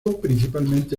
principalmente